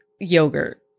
yogurt